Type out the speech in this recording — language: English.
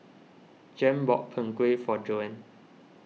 Jan bought Png Kueh for Joan